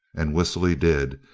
and whistle he did,